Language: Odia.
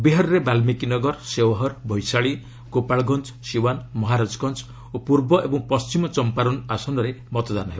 ବିହାରରେ ବାଲ୍ମିକୀ ନଗର ଶେଓହର ବୈଶାଳୀ ଗୋପାଳଗଞ୍ଜ ସିଓ୍ୱାନ୍ ମହାରାଜଗଞ୍ଜ ଓ ପୂର୍ବ ଏବଂ ପଶ୍ଚିମ ଚମ୍ପାରନ୍ ଆସନରେ ମତଦାନ ହେବ